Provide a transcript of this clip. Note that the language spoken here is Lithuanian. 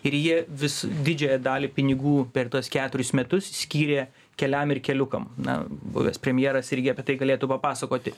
ir jie vis didžiąją dalį pinigų per tuos keturis metus skyrė keliam ir keliukam na buvęs premjeras irgi apie tai galėtų papasakoti